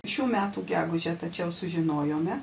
šių metų gegužę tačiau sužinojome